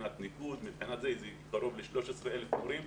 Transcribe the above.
קרוב ל-13,000 מורים,